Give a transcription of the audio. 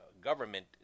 government